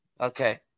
Okay